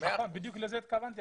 בדיוק לזה התכוונתי,